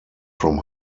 from